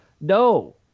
No